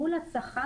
מול הצרכן,